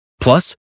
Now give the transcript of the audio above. Plus